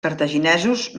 cartaginesos